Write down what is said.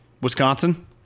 Wisconsin